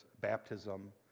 baptism